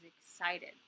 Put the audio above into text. excited